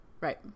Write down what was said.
Right